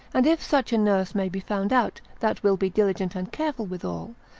and if such a nurse may be found out, that will be diligent and careful withal,